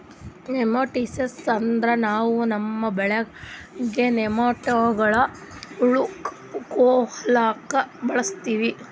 nematicide ಅಂದ್ರ ನಾವ್ ನಮ್ಮ್ ಬೆಳ್ಯಾಗ್ ನೆಮಟೋಡ್ಗಳ್ನ್ ಹುಳಾ ಕೊಲ್ಲಾಕ್ ಬಳಸ್ತೀವಿ